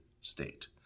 state